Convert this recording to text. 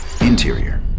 Interior